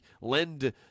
lend